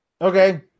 okay